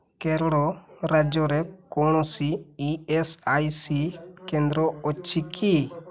କେରଳ ରାଜ୍ୟରେ କୌଣସି E S I C କେନ୍ଦ୍ର ଅଛି କି